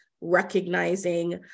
recognizing